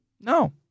No